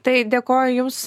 tai dėkoju jums